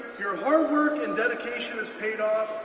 your hard work and dedication has paid off,